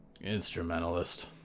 Instrumentalist